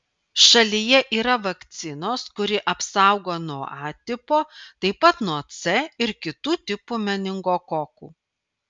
šalyje yra vakcinos kuri apsaugo nuo a tipo taip pat nuo c ir kitų tipų meningokokų